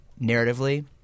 narratively